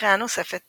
לקריאה נוספת